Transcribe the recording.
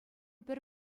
пӗр